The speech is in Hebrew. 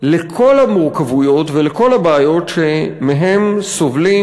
לכל המורכבויות ולכל הבעיות שמהן סובלים